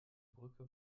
brücke